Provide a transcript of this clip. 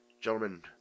Gentlemen